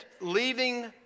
leaving